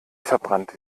verbrannt